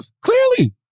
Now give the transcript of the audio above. clearly